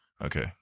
okay